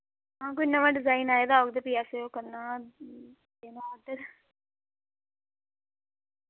हां कोई नवां डिजाइन आए दा होग ते फ्ही असें ओह् करना देना आर्डर